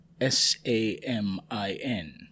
S-A-M-I-N